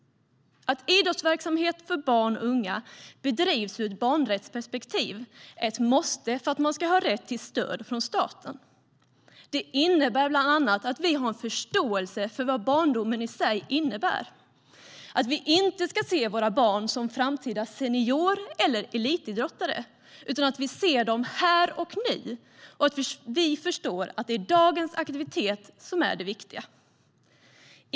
Att idrottsverksamhet för barn och unga bedrivs ur ett barnrättsperspektiv är ett måste för att man ska ha rätt till stöd från staten. Det innebär bland annat att vi har en förståelse för vad barndomen i sig innebär, att vi inte ska se våra barn som framtida senior eller elitidrottare utan att vi ser dem här och nu och förstår att det är dagens aktivitet som är det viktiga.